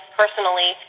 personally